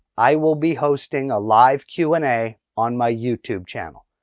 i will be hosting a live q and a on my youtube channel.